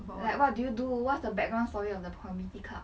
like what do you do what's the background story of the community club